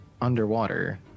underwater